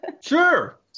Sure